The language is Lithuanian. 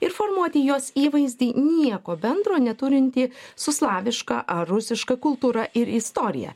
ir formuoti jos įvaizdį nieko bendro neturintį su slaviška ar rusiška kultūra ir istorija